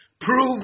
Prove